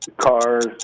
cars